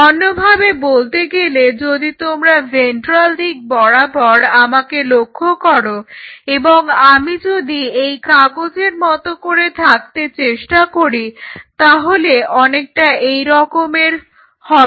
অন্যভাবে বলতে গেলে যদি তোমরা ভেন্ট্রাল দিক বরাবর আমাকে লক্ষ্য করো এবং আমি যদি এই কাগজের মতো করে থাকতে চেষ্টা করি তাহলে অনেকটা এইরকমের হবে